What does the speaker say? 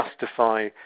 justify